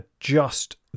adjust